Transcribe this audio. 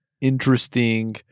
interesting